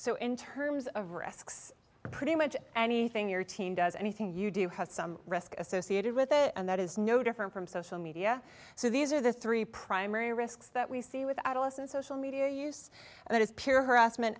so in terms of risks pretty much anything your team does anything you do has some risk associated with it and that is no different from social media so these are the three primary risks that we see with adolescent social media use that is peer harassment